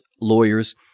lawyers